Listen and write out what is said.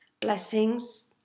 Blessings